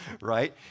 right